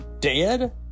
dead